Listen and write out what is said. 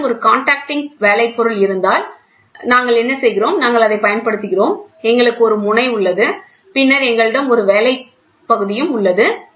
உங்களிடம் ஒரு கண்டக்டிங் வேலை பொருள் இருந்தால் நாங்கள் என்ன செய்கிறோம் நாங்கள் அதைப் பயன்படுத்துகிறோம் எங்களுக்கு ஒரு முனை உள்ளது பின்னர் எங்களிடம் ஒரு வேலை துண்டும் உள்ளது